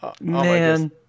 Man